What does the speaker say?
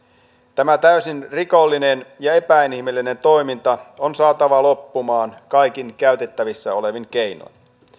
tämä täysin rikollinen ja epäinhimillinen toiminta on saatava loppumaan kaikin käytettävissä olevin keinoin